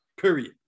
Period